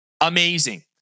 amazing